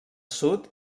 sud